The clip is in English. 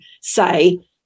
say